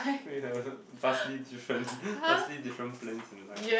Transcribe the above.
we have vastly different vastly different plans in life